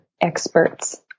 experts